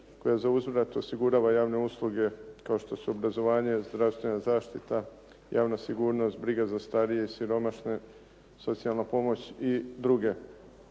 koja zauzvrat osigurava javne usluge, kao što su obrazovanje, zdravstvena zaštita, javna sigurnost, briga za starije i siromašne, socijalna pomoć i druge.